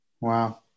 Wow